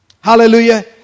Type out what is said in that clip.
Hallelujah